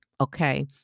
okay